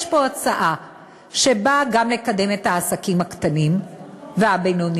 יש פה הצעה שבאה גם לקדם את העסקים הקטנים והבינוניים